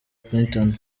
clinton